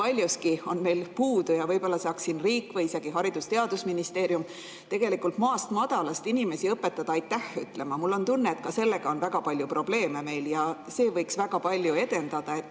on meil puudu ja võib-olla saaks siin riik või isegi Haridus- ja Teadusministeerium tegelikult maast madalast inimesi õpetada aitäh ütlema. Mul on tunne, et ka sellega on meil väga palju probleeme. Seda võiks väga palju edendada.